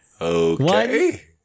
Okay